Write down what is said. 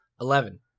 Eleven